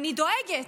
אני דואגת.